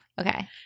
okay